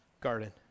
garden